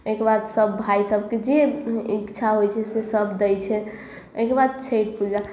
ओहिके बाद सब भाइ सबके जे इच्छा होइ छै से सब दै छै ओहिके बाद छठि पूजा